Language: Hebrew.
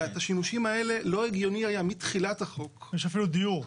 את השימושים האלה לא הגיוני היה מתחילת החוק --- יש אפילו דיור.